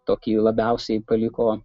tokį labiausiai paliko